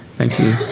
thank you.